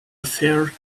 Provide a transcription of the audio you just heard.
affair